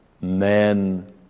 men